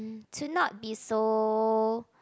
to not be so